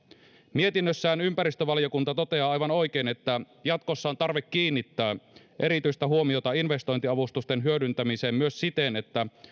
mietinnössään ympäristövaliokunta toteaa aivan oikein että jatkossa on tarve kiinnittää erityistä huomiota investointiavustusten hyödyntämiseen myös siten että